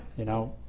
you know.